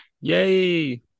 Yay